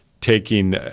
taking –